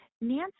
Nancy